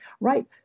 right